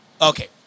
Okay